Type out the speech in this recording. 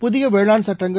புதிய வேளாண் சட்டங்கள்